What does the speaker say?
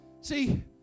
See